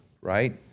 right